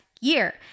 year